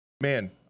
man